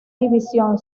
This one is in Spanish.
división